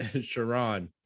Sharon